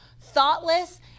Thoughtless